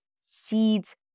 seeds